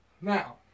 Now